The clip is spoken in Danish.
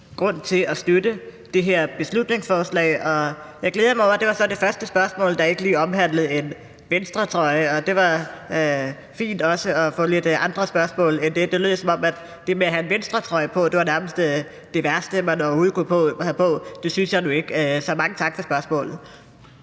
grund til at støtte det her beslutningsforslag. Og jeg glæder mig over, at det så var det første spørgsmål, der ikke lige omhandlede en Venstretrøje, det var fint også at få lidt andre spørgsmål end om den. Det lød, som om at det med at have en Venstretrøje på nærmest var det værste, man overhovedet kunne have på. Det synes jeg nu ikke, så mange tak for spørgsmålet.